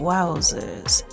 Wowzers